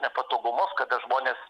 nepatogumus kada žmonės